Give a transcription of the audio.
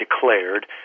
declared